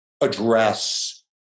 address